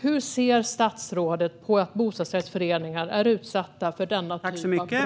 Hur ser statsrådet på att bostadsrättsföreningar är utsatta för denna typ av brott?